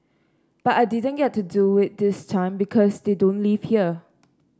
but I didn't get to do it this time because they don't live here